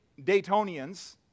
Daytonians